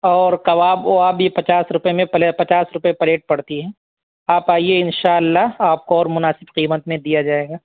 اور کباب وواب بھی پچاس روپے میں پلے پچاس روپے پلیٹ پڑتی ہے آپ آئیے انشاء اللہ آپ کو اور مناسب قیمت میں دیا جائے گا